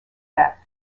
depth